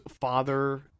father